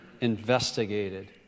investigated